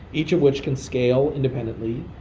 each of which can scale independently,